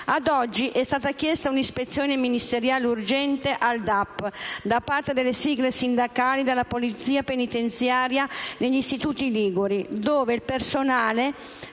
Ad oggi è stata chiesta un'ispezione ministeriale urgente al DAP da parte delle sigle sindacali della Polizia penitenziaria negli istituiti liguri, dove il personale